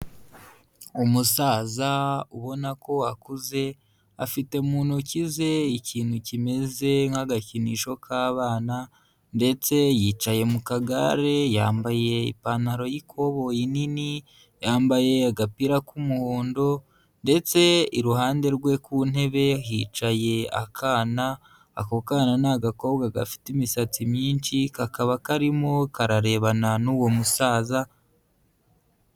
Umusaza ubona ko akuze afite mu ntoki ze ikintu kimeze nk'agakinisho k'abana, ndetse yicaye mu kagare yambaye ipantaro y'ikoboyi nini yambaye agapira k'umuhondo ndetse iruhande rwe ku ntebe hicaye akana, ako kana ni gakobwa gafite imisatsi myinshi kakaba karimo kararebana n'uwo musaza,